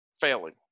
failing